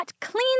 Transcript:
clean